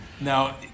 Now